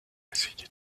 essayer